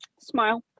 smile